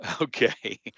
Okay